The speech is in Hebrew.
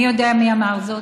מי יודע מי אמר זאת?